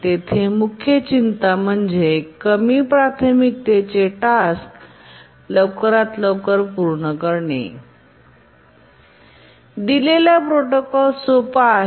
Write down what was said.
येथे मुख्य चिंता म्हणजे कमी प्राथमिकतेचे टास्क लवकरात लवकर पूर्ण करणे दिलेला प्रोटोकॉल सोपा आहे